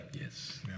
yes